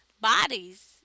bodies